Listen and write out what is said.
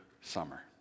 summer